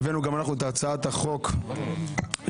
עכשיו,